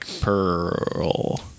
Pearl